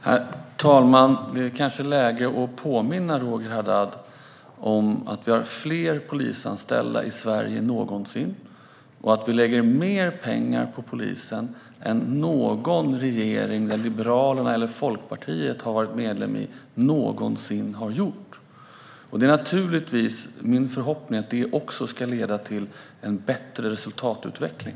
Herr talman! Det är kanske läge att påminna Roger Haddad om att vi har fler polisanställda i Sverige än någonsin och att vi lägger mer pengar på polisen än vad någon regering där Liberalerna, tidigare Folkpartiet, har varit medlem någonsin har gjort. Det är naturligtvis min förhoppning att detta ska leda till en bättre resultatutveckling.